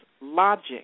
logic